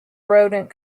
rodent